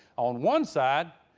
on one side,